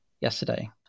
yesterday